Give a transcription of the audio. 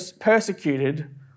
persecuted